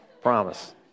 promise